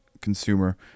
consumer